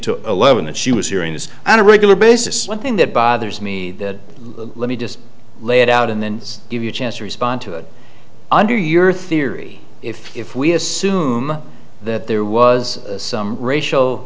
to eleven that she was hearing this on a regular basis one thing that bothers me that let me just lay it out and then give you a chance to respond to it under your theory if if we assume that there was some racial